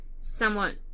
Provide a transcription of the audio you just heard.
somewhat